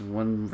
one